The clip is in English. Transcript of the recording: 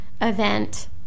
event